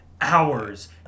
hours